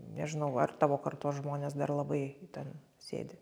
nežinau ar tavo kartos žmonės dar labai ten sėdi